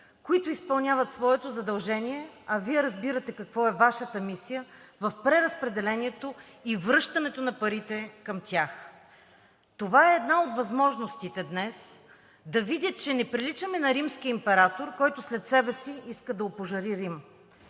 които изпълняват своето задължение, а Вие разбирате каква е Вашата мисия в преразпределението и връщането на парите към тях. Това е една от възможностите днес да видят, че не приличаме на римски император, който след себе си иска да опожари Рим.